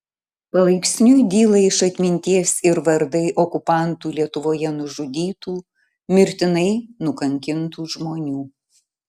palaipsniui dyla iš atminties ir vardai okupantų lietuvoje nužudytų mirtinai nukankintų žmonių